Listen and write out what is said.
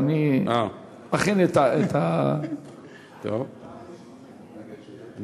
מיותר לציין את חשיבות השוויון